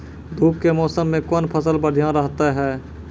धूप के मौसम मे कौन फसल बढ़िया रहतै हैं?